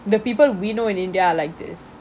the people we know in india are like this